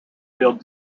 field